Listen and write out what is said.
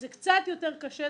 זה קצת יותר קשה,